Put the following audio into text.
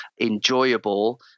enjoyable